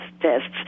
tests